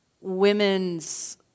women's